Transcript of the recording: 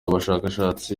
abashakashatsi